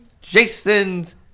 Jason's